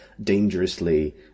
dangerously